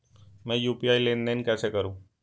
मैं यू.पी.आई लेनदेन कैसे करूँ?